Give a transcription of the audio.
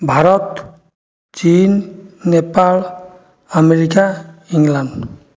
ଭାରତ ଚୀନ୍ Nepal America England